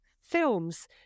films